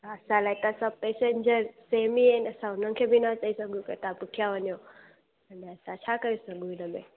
हा असां लाइ त सभु पेसेंजर सेम ई आहिनि असां हुननि खे बि न चई सघूं पिया तव्हां पुठियां वञो त छा करे सघूं इनमें